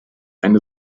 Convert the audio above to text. eine